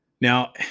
Now